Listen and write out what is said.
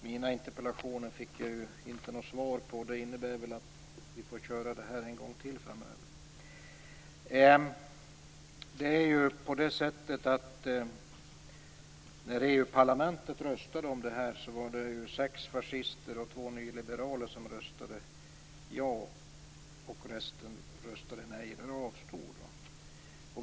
Herr talman! Jag fick inget svar på mina interpellationer. Det innebär väl att vi får köra denna debatt en gång till framöver. När EU-parlamentet röstade om avtalet röstade sex fascister och två nyliberaler ja. Resten röstade nej eller avstod.